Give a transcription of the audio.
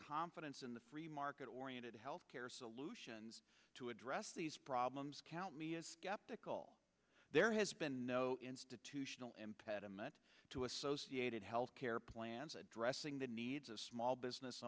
confidence in the free market oriented health care solutions to address these problems count me as skeptical all there has been no institutional impediment to associated health care plans addressing the needs of small business